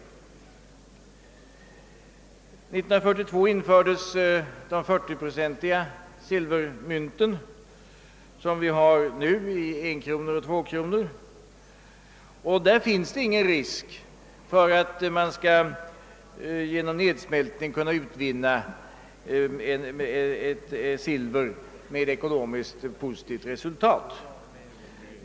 År 1942 infördes den 40-procentiga silverhalten, som vi nu har i enkronor och tvåkronor, och därvidlag finns det ingen risk för att man genom nedsmältning kan utvinna silver med ekonomiskt gynnsamt resultat.